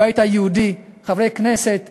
הבית היהודי, חברי כנסת אחרים,